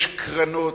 יש קרנות,